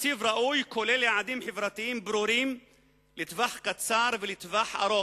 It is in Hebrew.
תקציב ראוי כולל יעדים חברתיים ברורים לטווח קצר ולטווח ארוך,